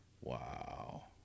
Wow